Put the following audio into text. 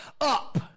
up